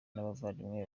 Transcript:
n’abavandimwe